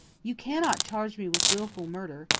you cannot charge me with wilful murder.